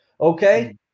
okay